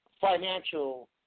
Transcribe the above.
financial